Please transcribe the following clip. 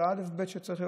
זה אלף-בית.